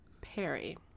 perry